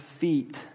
feet